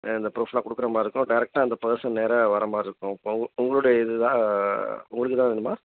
இந்த ப்ரூஃபெலாம் கொடுக்கற மாதிரி இருக்கும் டேரெக்ட்டாக அந்த பர்ஸன் நேராக வர மாதிரி இருக்கும் இப்போது உங்களுடைய இது தான் உங்களுக்கு எதாவது வேணுமா